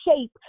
shape